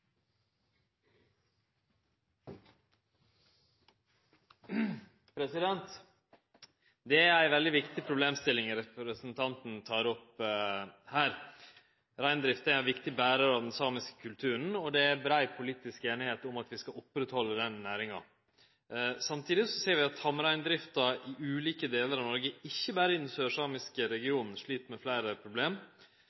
ein viktig berar av den samiske kulturen, og det er brei politisk einigheit om at vi skal oppretthalde denne næringa. Samtidig ser vi at tamreindrifta i ulike delar av Noreg – ikkje berre i den sørsamiske